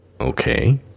Okay